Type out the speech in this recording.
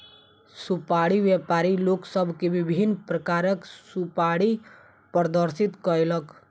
सुपाड़ी व्यापारी लोक सभ के विभिन्न प्रकारक सुपाड़ी प्रदर्शित कयलक